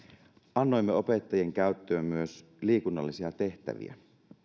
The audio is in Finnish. annoimme opettajien käyttöön myös liikunnallisia tehtäviä